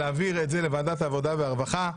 להעביר את זה לוועדת העבודה והרווחה.